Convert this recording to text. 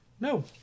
No